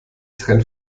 trend